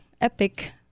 epic